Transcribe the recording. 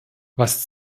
was